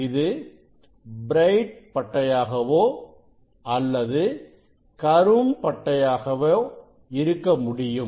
இது பிரைட் பட்டையாக அல்லது கரும் பட்டையாக இருக்க முடியும்